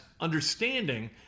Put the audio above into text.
understanding